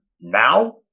now